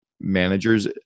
managers